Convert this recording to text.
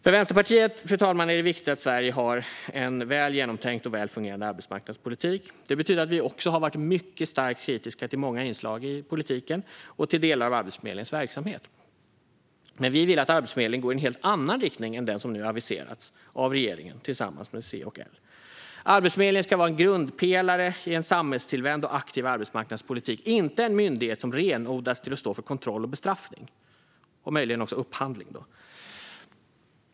För Vänsterpartiet är det viktigt att Sverige har en väl genomtänkt och väl fungerande arbetsmarknadspolitik. Det betyder att vi också har varit mycket starkt kritiska till många inslag i politiken och till delar av Arbetsförmedlingens verksamhet. Men vi vill att Arbetsförmedlingen ska gå i en helt annan riktning än den som nu aviserats av regeringen tillsammans med C och L. Arbetsförmedlingen ska vara en grundpelare i en samhällstillvänd och aktiv arbetsmarknadspolitik, inte en myndighet som renodlas till att stå för kontroll och bestraffning - möjligen också upphandling.